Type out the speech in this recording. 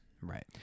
Right